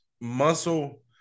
muscle